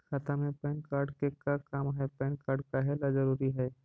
खाता में PAN card के का काम है पैन कार्ड काहे ला जरूरी है?